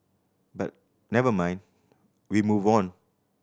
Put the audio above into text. but never mind we move on